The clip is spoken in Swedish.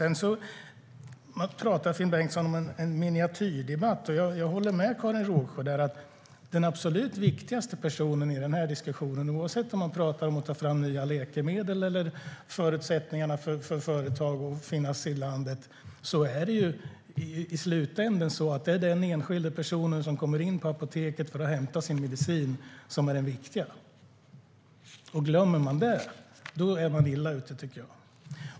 Finn Bengtsson pratar om en miniatyrdebatt. Jag håller med Karin Rågsjö om att den absolut viktigaste personen i den här diskussionen, oavsett om man pratar om att ta fram nya läkemedel eller om förutsättningarna för företag att finnas i landet, i slutändan är den enskilda person som kommer in på apoteket för att hämta sin medicin. Om man glömmer det är man illa ute.